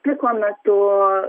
piko metu